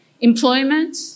employment